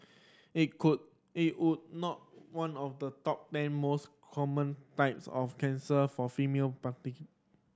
it could it was not one of the top ten most common types of cancer for female